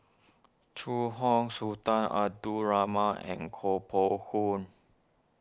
Zhu Hong Sultan Abdul Rahman and Koh Poh